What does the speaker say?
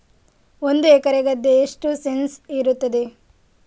ಒಂದು ಎಕರೆ ಗದ್ದೆ ಎಷ್ಟು ಸೆಂಟ್ಸ್ ಇರುತ್ತದೆ?